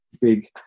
big